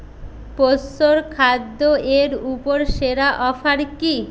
পোষ্যর খাদ্য এর ওপর সেরা অফার কি